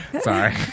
Sorry